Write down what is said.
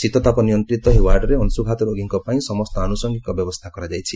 ଶୀତତାପ ନିୟନ୍ତିତ ଏହି ୱାର୍ଡରେ ଅଂଶୁଘାତ ରୋଗୀଙ୍କ ପାଇଁ ସମସ୍ତ ଆନୁଷଙ୍ଗିକ ବ୍ୟବସ୍ଥା କରାଯାଇଛି